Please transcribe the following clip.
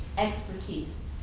expertise.